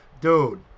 Dude